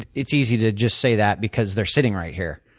it's easy to just say that because they're sitting right here,